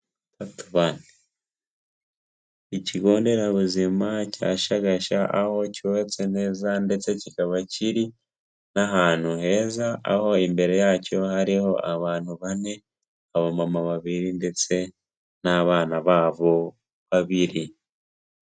Ikigo nderabuzima cya Shagasha aho cyubatse neza ndetse kikaba kiri n'ahantu heza, aho imbere yacyo hariho abantu bane abamama babiri ndetse n'abana babo babiri.